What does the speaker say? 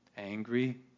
Angry